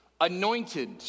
anointed